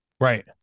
Right